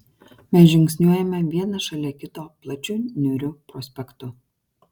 mes žingsniuojame vienas šalia kito plačiu niūriu prospektu